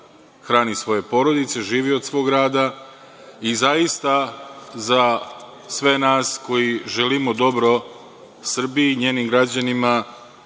hrani svoje porodice, živi od svog rada i zaista za sve nas koji želimo dobro Srbiji želim i njenim građanima